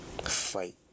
Fight